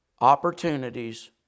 opportunities